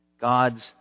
God's